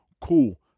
cool